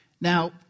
Now